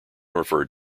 referred